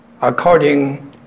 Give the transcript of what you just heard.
According